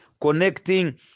connecting